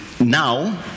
now